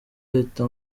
ahita